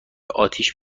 آتیش